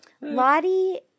Lottie